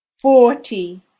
forty